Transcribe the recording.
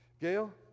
Gail